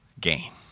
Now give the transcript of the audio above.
gain